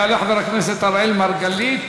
יעלה חבר הכנסת אראל מרגלית,